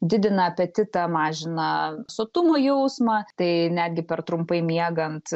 didina apetitą mažina sotumo jausmą tai netgi per trumpai miegant